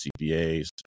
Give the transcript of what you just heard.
CPAs